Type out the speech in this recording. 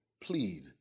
plead